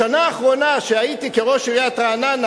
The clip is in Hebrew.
השנה האחרונה שהייתי כראש עיריית רעננה